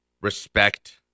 respect